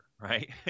right